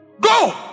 go